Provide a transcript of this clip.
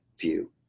view